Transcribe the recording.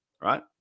right